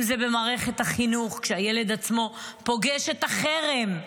אם זה במערכת החינוך, כשהילד עצמו פוגש את החרם,